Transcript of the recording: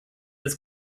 des